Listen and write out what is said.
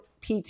PT